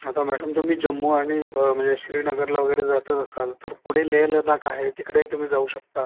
आता मॅडम तुम्ही जम्मू आणि म्हणजे श्रीनगरला वगैरे जातच असाल तर पुढे लेह लडाख आहे तिकडेही तुम्ही जाऊ शकता